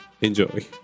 enjoy